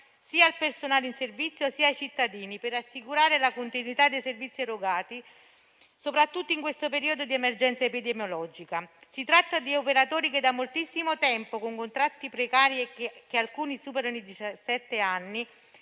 sia al personale in servizio, sia ai cittadini, per assicurare la continuità dei servizi erogati, soprattutto in questo periodo di emergenza epidemiologica. Si tratta di operatori che da moltissimo tempo, con contratti precari (alcuni superano i